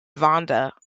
vonda